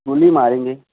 گولی مارے گے